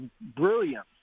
brilliant